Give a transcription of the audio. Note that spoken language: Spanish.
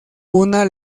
una